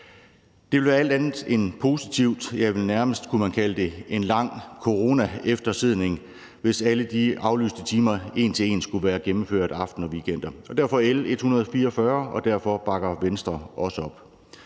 Det ville være alt andet end positivt, ja, vel nærmest en lang coronaeftersidning, kunne man kalde det, hvis alle de aflyste timer en til en skulle være gennemført aften og weekender. Så derfor bakker Venstre også op